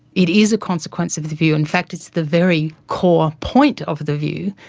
it is a consequence of the view, in fact it's the very core point of the view,